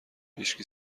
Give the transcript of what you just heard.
هیشکی